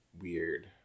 weird